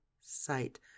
sight